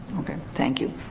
okay, thank you